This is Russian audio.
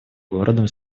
городом